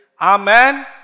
Amen